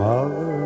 Mother